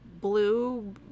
blue